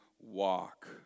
walk